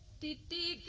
dd